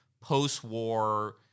post-war